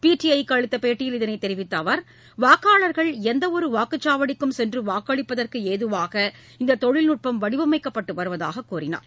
PTI க்கு அளித்த பேட்டியில் இதனைத் தெரிவித்த அவர் வாக்காளர்கள் எந்தவொரு வாக்குச்சாவடிக்கும் சென்று வாக்களிப்பதற்கு ஏதுவாக இந்த தொழில்நுட்பம் வடிவமைக்கப்பட்டு வருவதாக கூறினார்